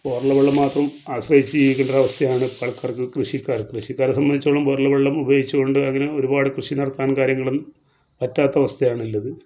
ബോറിലെ മാത്രം ആശ്രയിച്ച് ജീവിക്കേണ്ടൊരവസ്ഥയാണ് പലപ്പോഴും കൃഷിക്കാർക്ക് കൃഷിക്കാരെ സംബന്ധിച്ചോളം ബോറിലെ വെള്ളം ഉപയോഗിച്ച് കൊണ്ട് അങ്ങനെ ഒരുപാട് കൃഷി നടത്താൻ കാര്യങ്ങളും പറ്റാത്തൊരവസ്ഥയാണുള്ളത്